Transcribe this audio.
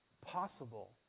possible